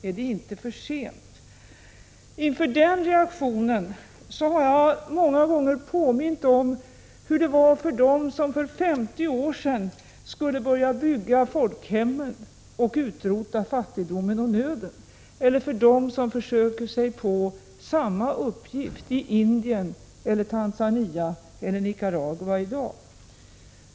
Är det inte för sent? Inför den reaktionen har jag många gånger påmint om hur det var för dem som för 50 år sedan skulle börja bygga folkhemmet och utrota fattigdomen och nöden eller för dem som försöker sig på samma uppgift i Indien, Tanzania eller Nicaragua i dag.